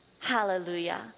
Hallelujah